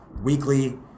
weekly